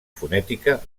fonètica